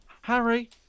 Harry